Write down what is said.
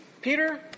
Peter